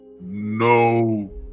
no